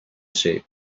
shape